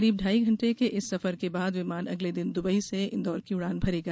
करीब ढाई घंटे के इस सफर के बाद विमान अगले दिन दुबई से इंदौर की उड़ान भरेगा